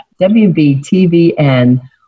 WBTVN